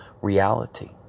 reality